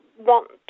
want